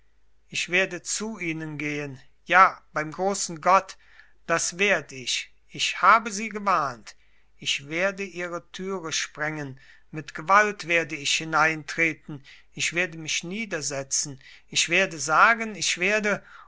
ich werde zu ihnen gehen ja beim großen gott das werd ich ich habe sie gewarnt ich werde ihre türe sprengen mit gewalt werde ich hineintreten ich werde mich niedersetzen ich werde sagen ich werde